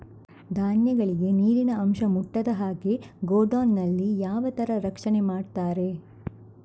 ಧಾನ್ಯಗಳಿಗೆ ನೀರಿನ ಅಂಶ ಮುಟ್ಟದ ಹಾಗೆ ಗೋಡೌನ್ ನಲ್ಲಿ ಯಾವ ತರ ರಕ್ಷಣೆ ಮಾಡ್ತಾರೆ?